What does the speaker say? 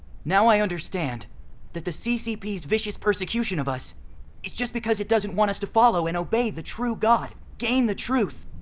now i understand that the ccp's vicious persecution of us is just because it doesn't want us to follow and obey the true god, gain the truth,